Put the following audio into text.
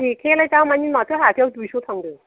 जेखाइआलाय दामानि माथो हाथाइआव दुइस' थांदों